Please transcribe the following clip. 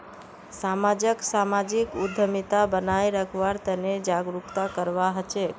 समाजक सामाजिक उद्यमिता बनाए रखवार तने जागरूकता करवा हछेक